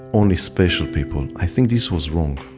only special people i think this was wrong.